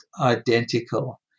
identical